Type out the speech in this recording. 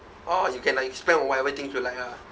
orh you can like spend whatever things you like ah